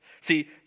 See